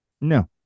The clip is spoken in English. No